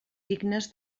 dignes